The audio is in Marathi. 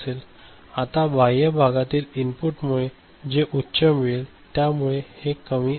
आता बाह्य भागातील इनपुटमुळे जे उच्च मिळेल त्यामुळे हे कमी आहे